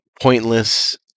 pointless